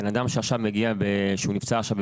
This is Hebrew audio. בן אדם שנפצע עכשיו במילואים,